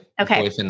Okay